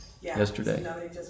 yesterday